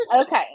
okay